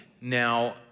now